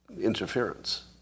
interference